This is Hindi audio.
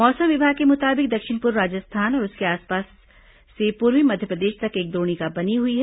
मौसम विभाग के मुताबिक दक्षिण पूर्व राजस्थान और उसके आसपास से पूर्वी मध्यप्रदेश तक एक द्रोणिका बनी हुई है